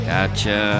Gotcha